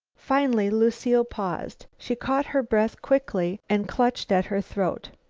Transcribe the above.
finally lucile paused. she caught her breath quickly and clutched at her throat.